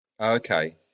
Okay